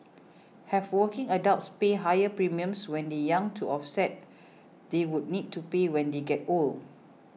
have working adults pay higher premiums when the young to offset they would need to pay when they get old